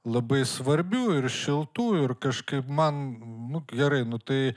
labai svarbių ir šiltų ir kažkaip man nu gerai nu tai